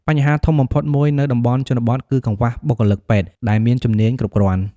បញ្ហាធំបំផុតមួយនៅតំបន់ជនបទគឺ កង្វះបុគ្គលិកពេទ្យ ដែលមានជំនាញគ្រប់គ្រាន់។